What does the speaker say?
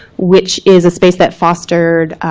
which is a space that fostered